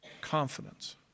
confidence